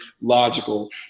logical